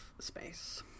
space